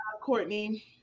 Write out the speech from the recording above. Courtney